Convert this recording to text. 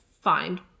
find